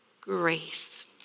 grace